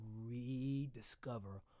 rediscover